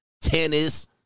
tennis